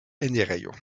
enirejo